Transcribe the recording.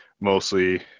mostly